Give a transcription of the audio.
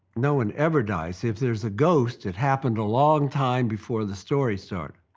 no one ever dies. if there's a ghost, it happened a long time before the story started.